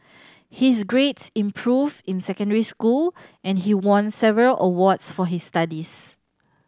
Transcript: his grades improved in secondary school and he won several awards for his studies